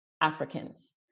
Africans